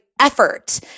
Effort